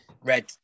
red